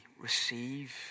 receive